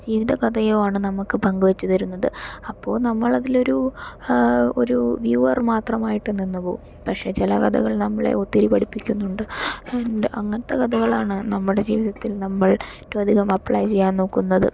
ജീവിത കഥയോ ആണ് നമുക്ക് പങ്കുവച്ച് തരുന്നത് അപ്പോൾ നമ്മളതിലൊരു ഒരു വ്യൂവർ മാത്രമായിട്ട് നിന്നു പോവും പക്ഷേ ചില കഥകൾ നമ്മളെ ഒത്തിരി പഠിപ്പിക്കുന്നുണ്ട് അങ്ങനത്തെ കഥകളാണ് നമ്മടെ ജീവിതത്തിൽ നമ്മൾ ഏറ്റവുമധികം അപ്ലേ ചെയ്യാൻ നോക്കുന്നത്